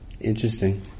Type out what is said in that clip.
Interesting